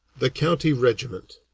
the county regiment